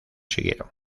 siguieron